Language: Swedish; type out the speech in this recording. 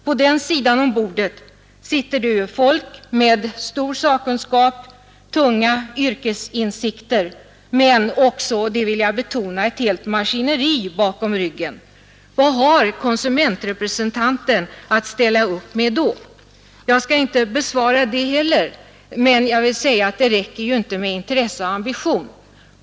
På den sidan om bordet sitter det ju människor med stor sakkunskap, tunga yrkesinsikter och — det vill jag betona — med ett helt maskineri bakom ryggen. Vad har konsumentrepresentanterna att ställa upp med då? Jag skall inte besvara den frågan heller, men jag vill säga att det räcker inte med intresse och ambitioner.